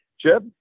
Chip